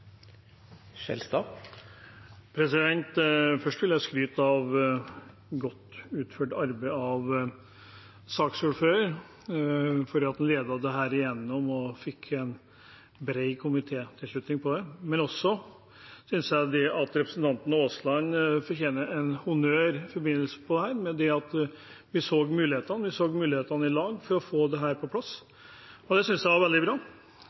Først vil jeg skryte av godt utført arbeid av saksordføreren og for at han ledet dette igjennom i komiteen og fikk bred tilslutning til det. Men jeg synes også representanten Aasland fortjener honnør i forbindelse med dette, ved at vi så mulighetene sammen for å få dette på plass. Det synes jeg var veldig bra.